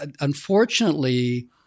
unfortunately